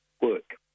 work